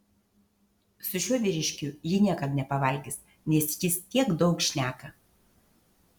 su šiuo vyriškiu ji niekad nepavalgys nes jis tiek daug šneka